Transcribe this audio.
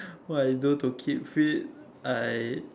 what I do to keep fit I